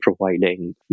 providing